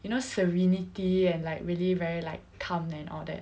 you know serenity and like really very like calm and all that